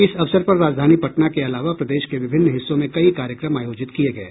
इस अवसर पर राजधानी पटना के अलावा प्रदेश के विभिन्न हिस्सों में कई कार्यक्रम आयोजित किये गये